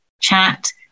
chat